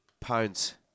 Pounds